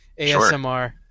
ASMR